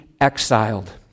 exiled